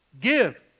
Give